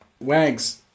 Wags